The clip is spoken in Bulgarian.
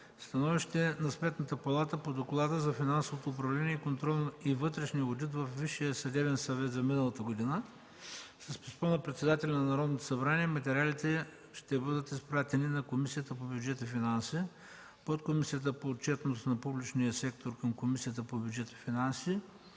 „Становище на Сметната палата по Доклада за финансовото управление и контрол и вътрешния одитор във Висшия съдебен съвет” за миналата година. С писмо на председателя на Народното събрание материалите ще бъдат изпратени на Комисията по бюджет и финанси, Подкомисията на отчетност на публичния сектор към Комисията по бюджет и финанси